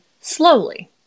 slowly